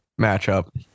matchup